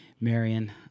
Marion